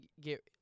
get